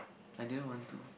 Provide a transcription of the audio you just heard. I didn't want to